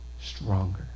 stronger